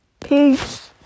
Peace